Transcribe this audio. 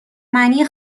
معنی